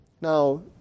Now